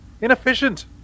inefficient